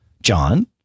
John